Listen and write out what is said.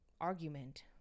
argument